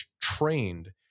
trained